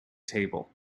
table